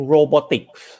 Robotics